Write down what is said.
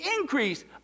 increase